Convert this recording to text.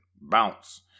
bounce